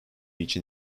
için